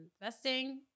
investing